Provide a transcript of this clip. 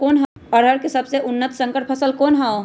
अरहर के सबसे उन्नत संकर फसल कौन हव?